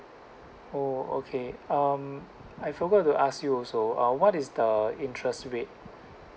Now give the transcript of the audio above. oh okay um I forgot to ask you also uh what is the interest rate